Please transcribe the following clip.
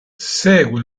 segue